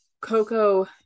Coco